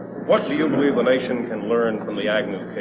what do you believe the nation can learn from the agnew case?